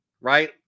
right